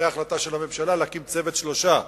אחרי החלטה של הממשלה להקים צוות של שלושה,